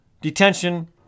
detention